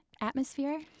atmosphere